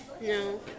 No